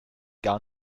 gar